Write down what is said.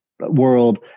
world